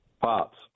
Pots